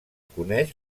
coneix